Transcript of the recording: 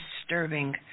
disturbing